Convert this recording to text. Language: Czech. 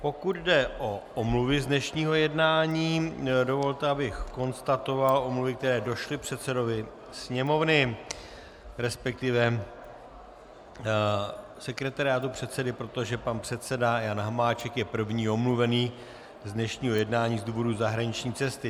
Pokud jde o omluvy z dnešního jednání, dovolte, abych konstatoval omluvy, které došly předsedovi Sněmovny, respektive sekretariátu předsedy, protože pan předseda Jan Hamáček je první omluvený z dnešního jednání z důvodu zahraniční cesty.